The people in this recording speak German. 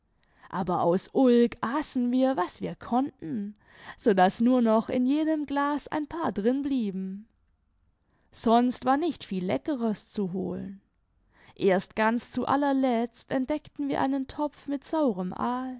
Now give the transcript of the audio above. aber aus ulk aßen wir was wir konnten so daß nur noch in jedem glas ein paar drin blieben sonst war nicht viel leckeres zu holen erst ganz zu allerletzt entdeckten wir einen topf mit saurem